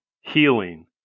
healing